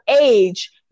age